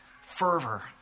fervor